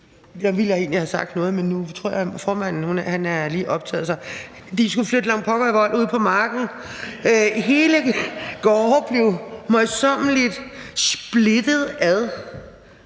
jeg ville egentlig have sagt noget, men nu tror jeg, at formanden lige er optaget, altså at de skulle flytte langt pokker i vold ud på marken – hele gårde blev møjsommeligt splittet ad,